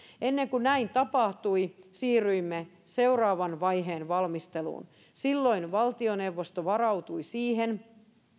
ennen kuin näin tapahtui siirryimme seuraavan vaiheen valmisteluun silloin valtioneuvosto varautui siihen